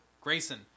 Grayson